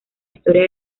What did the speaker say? historia